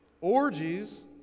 orgies